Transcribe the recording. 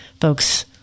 folks